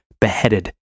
beheaded